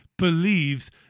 believes